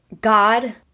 God